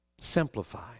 Simplify